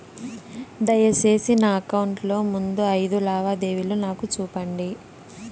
దయసేసి నా అకౌంట్ లో ముందు అయిదు లావాదేవీలు నాకు చూపండి